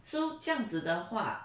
so 这样子的话